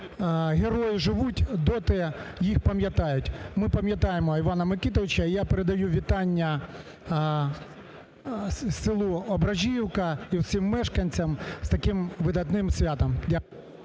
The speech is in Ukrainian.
герої живуть, доти їх пам'ятають, ми пам'ятаємо Івана Микитовича. Я передаю вітання селу Ображівка і всім мешканцям з таким видатним святом. Дякую.